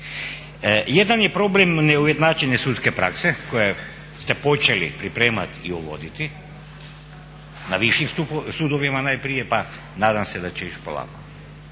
Jedan je problem neujednačene sudske prakse koju ste počeli pripremati u uvoditi na višim sudovima najprije pa nadam se da će ići polako.